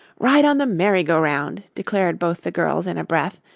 ride on the merry-go-round, declared both the girls in a breath,